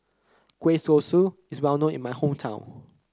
Kueh Kosui is well known in my hometown